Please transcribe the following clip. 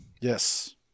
Yes